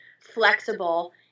flexible